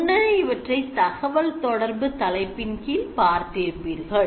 முன்னரே இவற்றை தகவல் தொடர்பு தலைப்பின் கீழ் பார்த்திருப்பீர்கள்